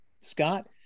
Scott